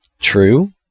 true